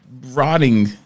rotting